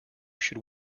should